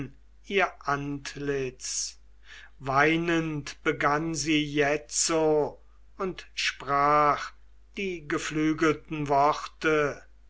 ihr antlitz weinend begann sie jetzo und sprach die geflügelten worte